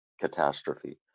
catastrophe